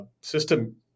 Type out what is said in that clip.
system